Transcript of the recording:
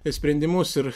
sprendimus ir